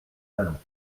vallon